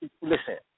listen